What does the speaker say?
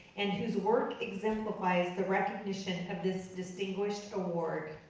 and whose work exemplifies the recognition of this distinguished award.